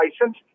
license